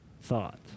thought